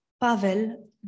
Pavel